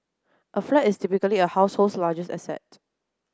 a flat is typically a household's largest asset